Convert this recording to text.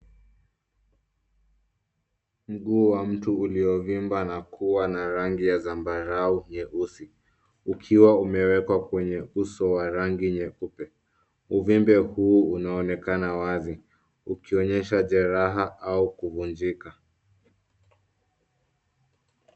Mguu wa mtu uliovimba na kuwa na rangi ya zambarau nyeusi ukiwa umewekwa kwenye uso wa rangi nyeupe. Uvimbe huu unaonekana wazi ukionyesha jeraha au kuvunjika.